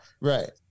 Right